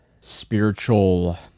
spiritual